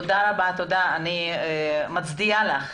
אני מצדיעה לך.